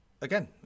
again